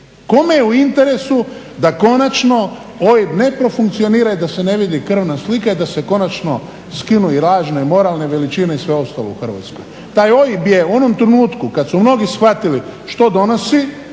Kome je u interesu da konačno OIB ne profunkcionira i da se ne vidi krvna slika i da se konačno skinu i lažne moralne veličine i sve ostalo u Hrvatskoj. Taj OIB je u onom trenutku kad su mnogi shvatili što donosi